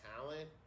talent